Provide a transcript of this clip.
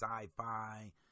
sci-fi